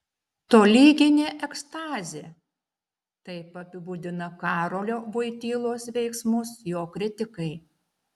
tolyginė ekstazė taip apibūdina karolio voitylos veiksmus jo kritikai